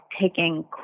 taking